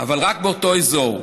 אבל רק באותו אזור.